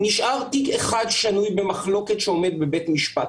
נשאר תיק אחד שנוי במחלוקת שעומד בבית משפט.